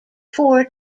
four